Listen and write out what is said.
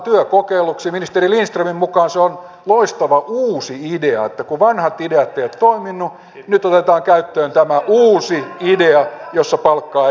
ministeri lindströmin mukaan se on loistava uusi idea että kun vanhat ideat eivät ole toimineet niin nyt otetaan käyttöön tämä uusi idea jossa palkkaa ei makseta